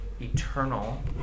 eternal